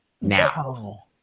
Now